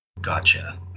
Gotcha